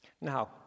Now